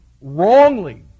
wrongly